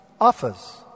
offers